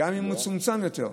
גם אם הוא מצומצם יותר.